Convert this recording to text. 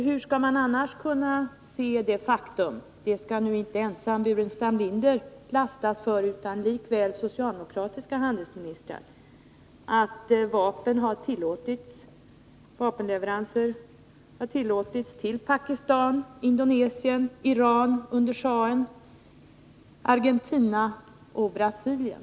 Hur skall man annars se det faktum — det skall nu inte Staffan Burenstam Linder ensam lastas för utan likaväl socialdemokratiska handelsministrar — att vapenleveranser har tillåtits till Pakistan, Indonesien, Iran under schahen, Argentina och Brasilien?